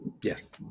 Yes